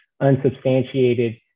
unsubstantiated